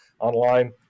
online